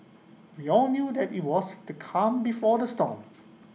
we all knew that IT was the calm before the storm